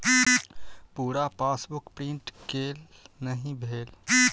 पूरा passbook print केल नहि भेल